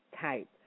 type